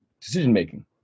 decision-making